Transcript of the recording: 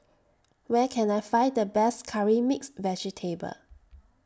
Where Can I Find The Best Curry Mixed Vegetable